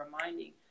reminding